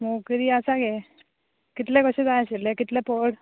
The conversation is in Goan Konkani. मोगरीं आसा गे कितले कशे जाय आशिल्ले कितले पड